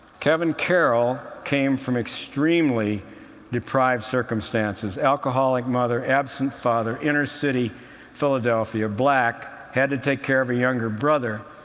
kevin carroll came from extremely deprived circumstances alcoholic mother, absent father, inner-city philadelphia, black, had to take care of a younger brother.